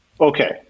Okay